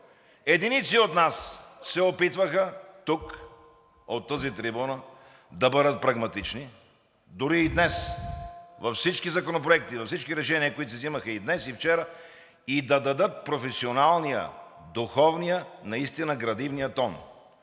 Единици от нас се опитваха тук, от тази трибуна, да бъдат прагматични, дори и днес – във всички законопроекти, във всички решения, които се взимаха и днес, и вчера, и да дадат професионалния, духовния, наистина градивния тон.